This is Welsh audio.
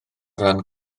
ran